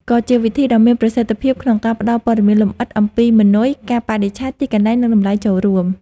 ក៏ជាវិធីដ៏មានប្រសិទ្ធភាពក្នុងការផ្តល់ព័ត៌មានលម្អិតអំពីម៉ឺនុយ កាលបរិច្ឆេទ ទីកន្លែង និងតម្លៃចូលរួម។